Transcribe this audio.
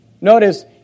Notice